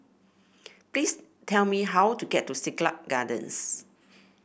please tell me how to get to Siglap Gardens